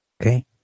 okay